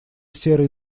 серой